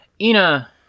Ina